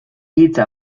hitza